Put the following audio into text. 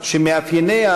אסור לו לנאום, אחמד טיבי.